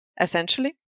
essentially